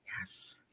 Yes